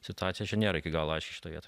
situacija čia nėra iki galo aiški šitoj vietoj